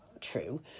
True